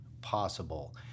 possible